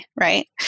Right